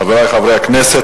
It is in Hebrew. חברי חברי הכנסת,